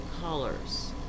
colors